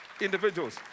individuals